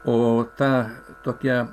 o ta tokia